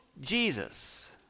Jesus